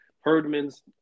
Herdman's